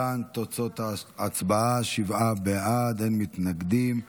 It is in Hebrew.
להלן תוצאות ההצבעה: שבעה בעד, אין מתנגדים.